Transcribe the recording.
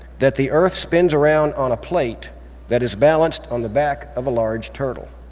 that the earth spins around on a plate that is balanced on the back of a large turtle.